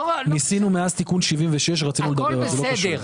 ניסינו מאז את תיקון 76. הכל בסדר.